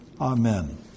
Amen